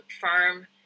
firm